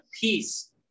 peace